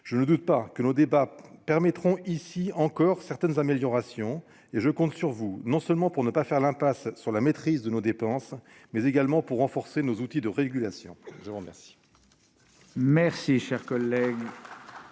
Je ne doute pas que nos débats apporteront certaines améliorations. Je compte sur vous non seulement pour ne pas faire l'impasse sur la maîtrise de nos dépenses, mais également pour renforcer nos outils de régulation. La parole est à Mme Florence